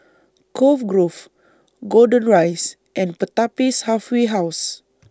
Cove Grove Golden Rise and Pertapis Halfway House